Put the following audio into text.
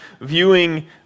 viewing